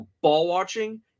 ball-watching